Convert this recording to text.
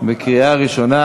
בקריאה ראשונה.